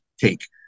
take